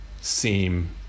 seem